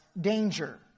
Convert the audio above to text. danger